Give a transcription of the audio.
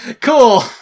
cool